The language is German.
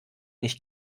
nicht